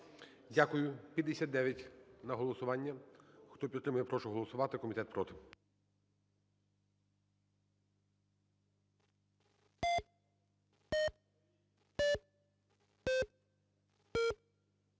Дякую. 59 – на голосування. Хто підтримує, я прошу голосувати. Комітет проти.